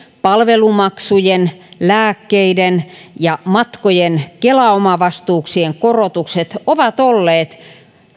palvelumaksujen lääkkeiden ja matkojen kela omavastuuosuuksien korotukset ovat olleet